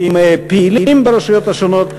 עם פעילים ברשויות השונות,